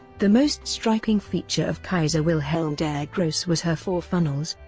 the most striking feature of kaiser wilhelm der grosse was her four funnels,